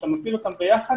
כשאתה מפעיל אותם ביחד,